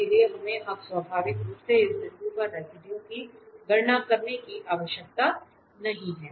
इसलिए हमें अब स्वाभाविक रूप से इस बिंदु पर रेसिडुए की गणना करने की आवश्यकता नहीं है